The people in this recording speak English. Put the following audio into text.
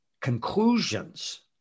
conclusions